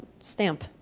Stamp